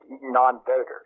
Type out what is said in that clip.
non-voters